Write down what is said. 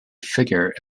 figure